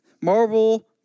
Marvel